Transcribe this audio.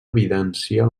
evidencia